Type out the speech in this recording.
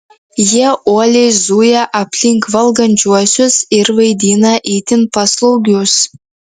jie uoliai zuja aplink valgančiuosius ir vaidina itin paslaugius